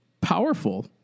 powerful